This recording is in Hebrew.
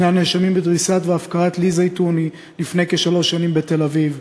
שני הנאשמים בדריסת לי זיתוני והפקרתה לפני כשלוש שנים בתל-אביב,